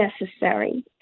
necessary